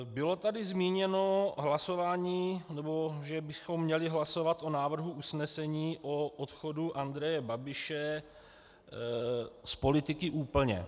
Bylo tady zmíněno hlasování, nebo že bychom měli hlasovat o návrhu usnesení o odchodu Andreje Babiše z politiky úplně.